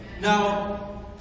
Now